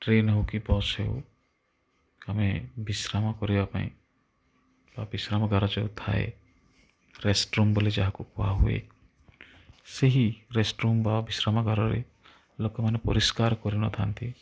train ହେଉ କି bus ହେଉ ଆମେ ବିଶ୍ରାମ କରିବା ପାଇଁ ବା ବିଶ୍ରାମଗାରା ଯେଉଁ ଥାଏ ରେଷ୍ଟ୍ ରୁମ୍ ବୋଲି ଯାହାକୁ କୁହା ହୁଏ ସେହି ରେଷ୍ଟ୍ ରୁମ୍ ବା ବିଶ୍ରାମାଗାରରେ ଲୋକମାନେ ପରିଷ୍କାର କରିନଥାନ୍ତି